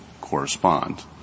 correspond